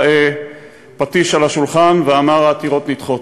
בפטיש על השולחן ואמר: העתירות נדחות.